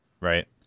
right